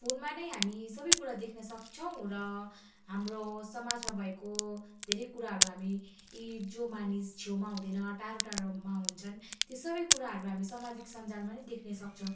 फोनमा नै हामी सबै कुरा देख्न सक्छौँ र हाम्रो समाजमा भएको धेरै कुराहरू हामी यी जो मानिस छेउमा हुँदैन टाढो टाढोमा हुन्छन् त्यो सबै कुराहरू हामी समाजिक सञ्जालमा नै देख्न सक्छौँ